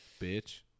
bitch